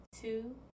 two